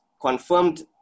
confirmed